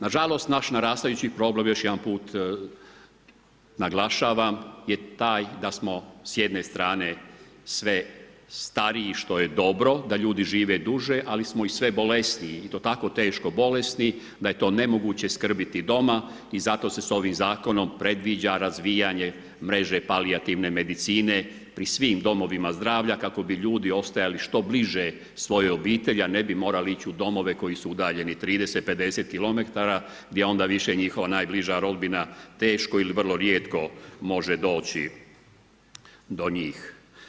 Nažalost naš narastajući problem još jedanput naglašavam je taj da smo s jede strane sve stariji što je dobro da ljudi žive duže ali smo i sve bolesniji i to tako teško bolesni da je to nemoguće skrbiti doma i zato se ovim zakonom predviđa razvijanje mreže palijativne medicine pri svim domovima zdravlja kako bi ljudi ostajali što bliže svojoj obitelji a ne bi morali ići u domove koji su udaljeni 30, 50 km gdje onda više njihova najbliža rodbina teško ili vrlo rijetko može doći do njih.